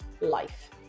life